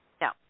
No